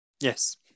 Yes